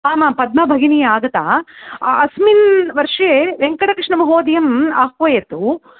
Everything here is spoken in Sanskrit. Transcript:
आमां पद्मा भगिनी आगता अस्मिन् वर्षे वेङ्कटकृष्णमहोदयम् आह्वयतु